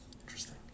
Interesting